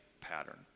pattern